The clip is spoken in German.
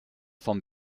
vom